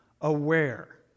aware